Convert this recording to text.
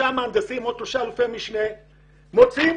בנוסף יש בצוות שלושה מהנדסים ושלושה אלופי משנה.